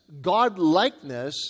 godlikeness